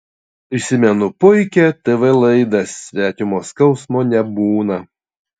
prisimenu puikią tv laidą svetimo skausmo nebūna